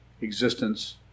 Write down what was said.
existence